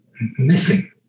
missing